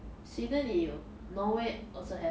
sweden 也有 norway also have